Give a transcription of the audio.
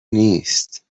نیست